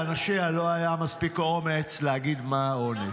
לאנשיה לא היה מספיק אומץ להגיד מה העונש.